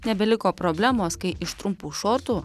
nebeliko problemos kai iš trumpų šortų